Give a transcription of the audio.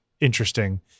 interesting